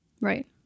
Right